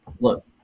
Look